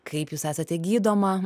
kaip jūs esate gydoma